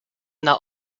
that